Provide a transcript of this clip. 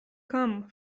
come